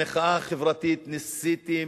המחאה החברתית, ניסיתם